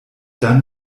dann